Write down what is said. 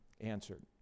answered